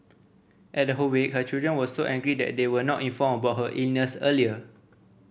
at her wake her children were so angry that they were not informed about her illness earlier